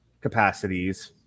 capacities